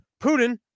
Putin